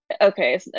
Okay